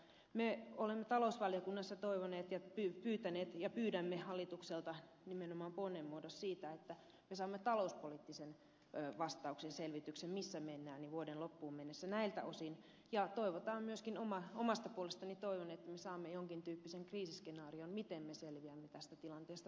me olemme talousvaliokunnassa toivoneet ja pyydämme hallitukselta nimenomaan ponnen muodossa sitä että me saamme talouspoliittisen vastauksen selvityksen missä mennään vuoden loppuun mennessä näiltä osin ja myöskin omasta puolestani toivon että me saamme jonkin tyyppisen kriisiskenaarion miten me selviämme tästä tilanteesta tulevaisuudessa